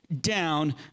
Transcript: down